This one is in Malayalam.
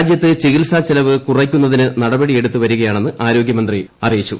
രാജൃത്ത് ചികിത്സാചെലവ് കുറയ്ക്കുന്നതിന് നടപടിയെടുത്തു വരികയാണെന്ന് ആരോഗൃമന്ത്രി അറിയിച്ചു